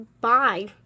bye